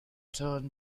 turn